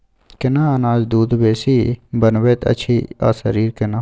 केना अनाज दूध बेसी बनबैत अछि आ शरीर केना?